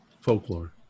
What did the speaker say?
Folklore